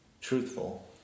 truthful